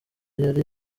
yari